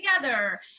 together